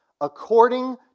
According